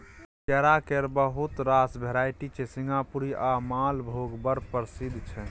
केरा केर बहुत रास भेराइटी छै सिंगापुरी आ मालभोग बड़ प्रसिद्ध छै